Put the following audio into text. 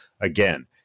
again